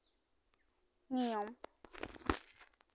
ᱱᱤᱭᱚᱢ